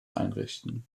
einrichten